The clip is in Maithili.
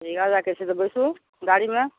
रीगा जाइके छै तऽ बैसू गाड़ीमे